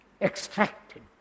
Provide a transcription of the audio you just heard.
extracted